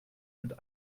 mit